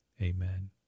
Amen